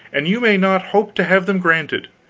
and you may not hope to have them granted.